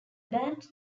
band